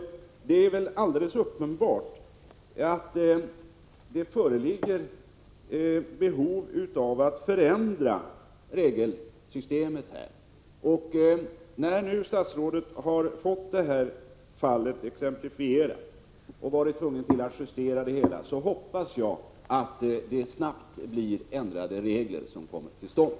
Det är väl alldeles uppenbart att det föreligger behov av att förändra regelsystemet här. När nu statsrådet har fått detta exemplifierat och varit tvungen att justera det hela, hoppas jag att en regeländring snabbt kommer till stånd.